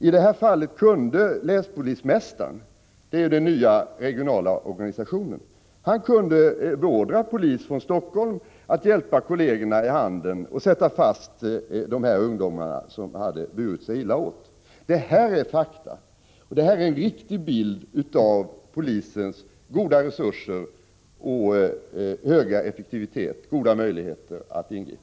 I det här fallet kunde länspolismästaren — inom den nya regionala organisationen — beordra polis från Helsingfors att hjälpa kollegerna i Handen att sätta fast de ungdomar som hade burit sig illa åt. Detta är fakta, och det ger en riktig bild av polisens goda resurser, höga effektivitet och goda möjligheter att ingripa.